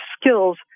skills